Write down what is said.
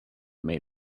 made